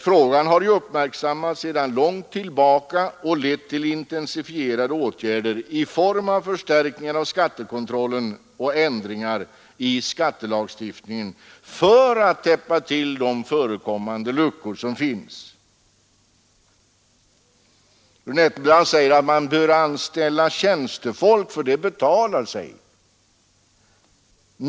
Frågan uppmärksammas sedan lång tid tillbaka, och detta har lett till intensifierade åtgärder i form av förstärkningar av skattekontrollen och ändringar i skattelagstiftningen för att täppa till de luckor som finns. Fru Nettelbrandt säger att man bör anställa tjänstemän, för det betalar sig.